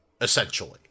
essentially